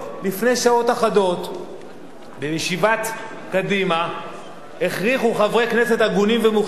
לפני שעות אחדות בישיבת קדימה הכריחו חברי כנסת הגונים ומוכשרים,